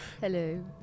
Hello